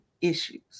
issues